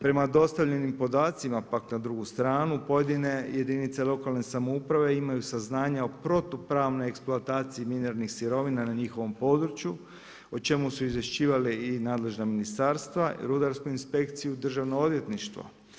Prema dostavljenim podacima, pak na drugu stranu, pojedine jedinice lokalne samouprave, imaju saznanja o protupravne eksploatacije mineralnih sirovina na njihovim području, i čemu su izvješćivali i nadležna ministarstva, rudarsku inspekciju Državno odvjetništvo.